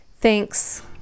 Thanks